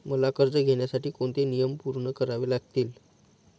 मला कर्ज घेण्यासाठी कोणते नियम पूर्ण करावे लागतील?